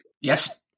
yes